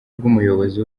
bw’umuyobozi